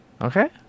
okay